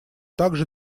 также